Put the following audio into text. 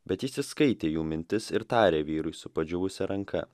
bet jis įskaitė jų mintis ir tarė vyrui su padžiūvusia ranka